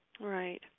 Right